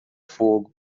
fogo